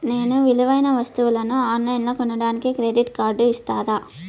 నేను విలువైన వస్తువులను ఆన్ లైన్లో కొనడానికి క్రెడిట్ కార్డు ఇస్తారా?